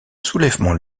soulèvement